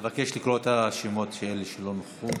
אבקש לקרוא את השמות של אלה שלא נכחו.